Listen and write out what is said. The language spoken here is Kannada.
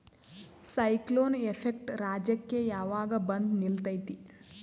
ಸೈಕ್ಲೋನ್ ಎಫೆಕ್ಟ್ ರಾಜ್ಯಕ್ಕೆ ಯಾವಾಗ ಬಂದ ನಿಲ್ಲತೈತಿ?